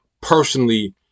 personally